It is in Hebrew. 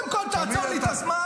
קודם כול תעצור לי את הזמן.